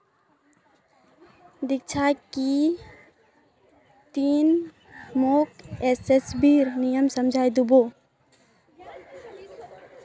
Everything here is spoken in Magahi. दीक्षा की ती मोक एम.एस.पीर नियम समझइ दी बो